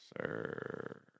sir